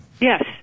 Yes